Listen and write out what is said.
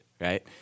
right